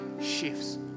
shifts